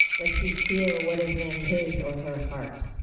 let's you feel what is in his or her heart.